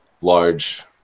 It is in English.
large